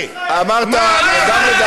מה אמרתי?